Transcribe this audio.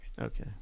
Okay